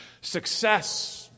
Success